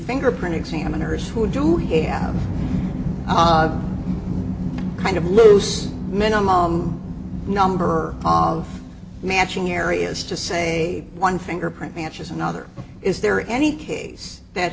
fingerprint examiners who do here kind of loose minimal number of matching areas to say one fingerprint matches another is there any case that